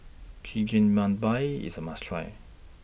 Chigenabe IS A must Try